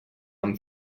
amb